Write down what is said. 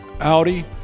Audi